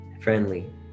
friendly